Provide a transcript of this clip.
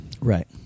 Right